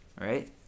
right